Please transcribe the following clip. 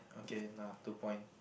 okay nah two point